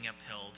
upheld